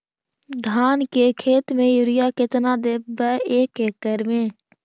धान के खेत में युरिया केतना देबै एक एकड़ में?